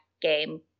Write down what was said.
game